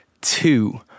two